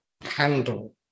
handle